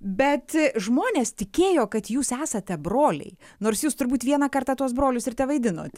bet žmonės tikėjo kad jūs esate broliai nors jūs turbūt vieną kartą tuos brolius ir tevaidinot